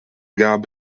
gab